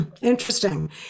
interesting